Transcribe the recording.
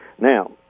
Now